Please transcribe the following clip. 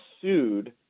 sued